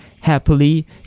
happily